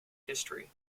history